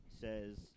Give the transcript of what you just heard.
says